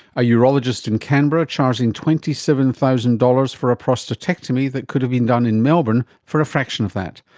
a urologist in canberra charging twenty seven thousand dollars for a prostatectomy that could have been done in melbourne for a fraction of that.